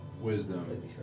Wisdom